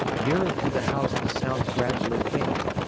nearer to the house the sounds gradually came.